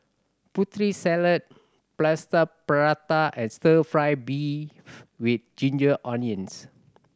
Putri Salad Plaster Prata and Stir Fry beef with ginger onions